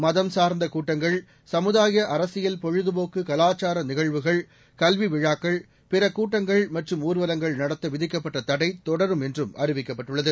மதம் சார்ந்த கூட்டங்கள் சமுதாய அரசியல் பொழுதுபோக்கு கலாச்சார நிகழ்வுகள் கல்வி விழாக்கள் பிற கூட்டங்கள் மற்றும் ஊர்வலங்கள் நடத்த விதிக்கப்பட்ட தடை தொடரும் என்றும் அறிவிக்கப்பட்டுள்ளது